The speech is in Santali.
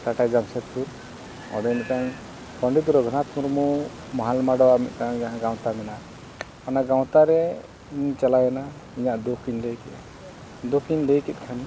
ᱴᱟᱴᱟ ᱡᱟᱢᱥᱮᱫᱽᱯᱩᱨ ᱚᱸᱰᱮ ᱢᱤᱫᱴᱟᱝ ᱯᱚᱱᱰᱤᱛ ᱨᱟᱹᱜᱷᱩᱱᱟᱛ ᱢᱩᱨᱢᱩ ᱢᱚᱦᱚᱞ ᱢᱟᱰᱣᱟ ᱢᱤᱫᱴᱟᱝ ᱡᱟᱦᱟᱸ ᱜᱟᱶᱛᱟ ᱢᱮᱱᱟᱜᱼᱟ ᱚᱱᱟ ᱜᱟᱶᱛᱟ ᱨᱮ ᱤᱧᱤᱧ ᱪᱟᱞᱟᱣᱮᱱᱟ ᱤᱧᱟᱹᱜ ᱫᱩᱠ ᱤᱧ ᱞᱟᱹᱭ ᱠᱮᱜᱼᱟ ᱫᱩᱠ ᱤᱧ ᱞᱟᱹᱭ ᱠᱮᱜ ᱠᱷᱟᱱ